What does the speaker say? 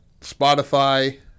Spotify